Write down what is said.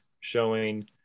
showing